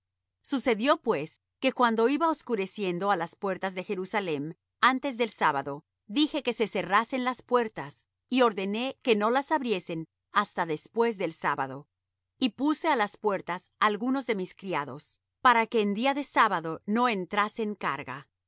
sucedió pues que cuando iba oscureciendo á las puertas de jerusalem antes del sábado dije que se cerrasen las puertas y ordené que no las abriesen hasta después del sábado y puse á las puertas algunos de mis criados para que en día de sábado no entrasen carga